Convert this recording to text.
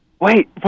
Wait